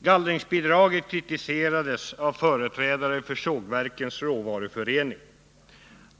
”Gallringsbidraget kritiserades av företrädare för sågverkens råvaruförening.